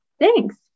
Thanks